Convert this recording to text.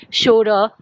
shoulder